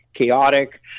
chaotic